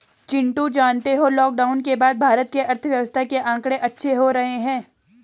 चिंटू जानते हो लॉकडाउन के बाद भारत के अर्थव्यवस्था के आंकड़े अच्छे हो रहे हैं